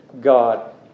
God